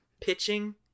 pitching